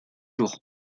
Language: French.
jours